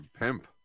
pimp